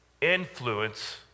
Influence